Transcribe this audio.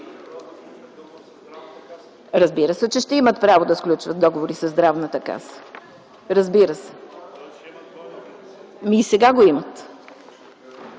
Разбира се, че ще имат право да сключват договори със Здравната каса. Разбира се. ХАСАН АДЕМОВ